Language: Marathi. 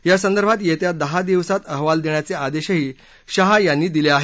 यासंदर्भात येत्या दहा दिवसात अहवाल देण्याचे आदेशही शहा यांनी दिले आहेत